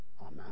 Amen